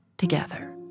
together